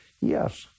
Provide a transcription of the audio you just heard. Yes